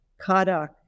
Kadak